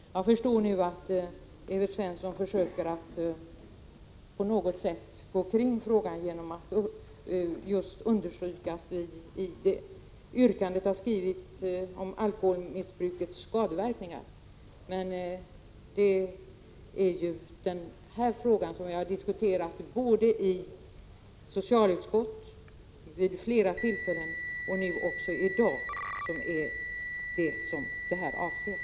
Jag förstår nu att Evert Svensson försöker att på något sätt gå kring frågan genom att understryka att vi i yrkandet har skrivit om alkoholmissbrukets skadeverkningar. Men det är ju den fråga som vi vid flera tillfällen diskuterat i socialutskottet och nu även här i kammaren som yrkandet avser.